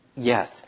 Yes